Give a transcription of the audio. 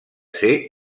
ser